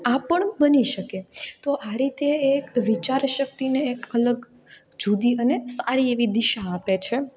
આ પણ બની શકે તો આ રીતે એક વિચારશક્તિને એક અલગ જુદી અને સારી એવી દિશા આપે છે